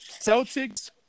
Celtics